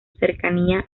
cercanía